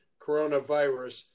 coronavirus